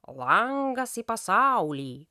langas į pasaulį